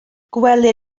gwelir